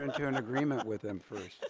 into an agreement with them first.